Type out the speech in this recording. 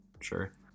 sure